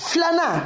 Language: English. Flana